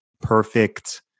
perfect